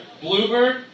Bluebird